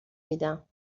میدم